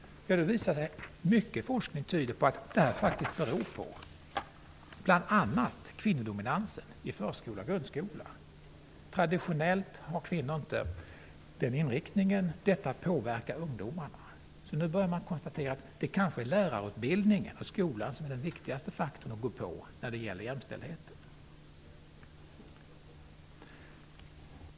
Det visar sig att mycket forskning tyder på att det faktiskt bl.a. beror på kvinnodominansen i förskola och grundskola. Traditionellt har inte kvinnor en teknisk/naturvetenskaplig inriktning. Detta påverkar ungdomarna. Man konstaterar nu att det kanske är lärarutbildningen och skolan som är den viktigaste faktorn i fråga om jämställdheten.